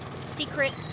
secret